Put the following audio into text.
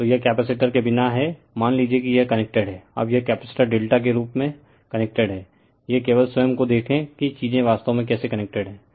तो यह कैपेसिटर के बिना है मान लीजिए कि यह कनेक्टेड है अब यह कैपेसिटर डेल्टा रूप में कनेक्टेड हैं यह केवल स्वयं को देखें कि चीजें वास्तव में कैसे कनेक्टेड हैं